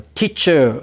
teacher